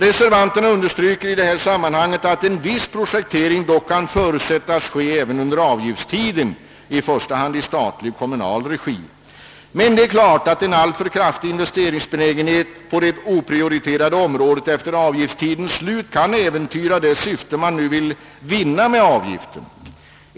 Reservanterna understryker i detta sammanhang att en viss projektering dock kan förutsättas ske även under avgiftstiden — i första hand i statlig och kommunal regi. Men det är klart att en alltför kraftig investeringsbenägenhet på det oprioriterade området efter avgiftstidens slut kan äventyra det syfte man nu vill vinna med avgiften.